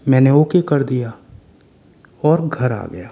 मैंने ओके कर दिया और घर आ गया